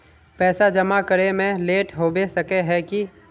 पैसा जमा करे में लेट होबे सके है की?